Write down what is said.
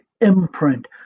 imprint